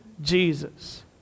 Jesus